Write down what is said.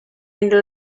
into